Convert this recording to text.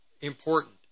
important